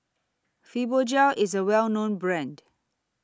Fibogel IS A Well known Brand